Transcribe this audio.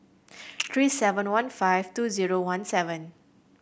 three seven one five two zero one seven